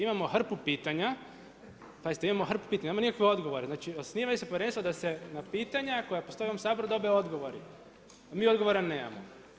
Imamo hrpu pitanja, pazite imamo hrpu pitanja, nemamo nikakve odgovore, znači osnivaju se povjerenstva da se na pitanja koja postoje u ovom Saboru dobe odgovori a mi odgovora nemamo.